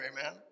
amen